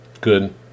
good